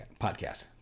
podcast